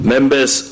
Members